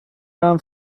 vám